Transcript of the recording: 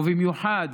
ובמיוחד